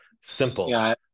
simple